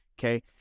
okay